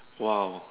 !wow!